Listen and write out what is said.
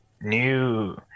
new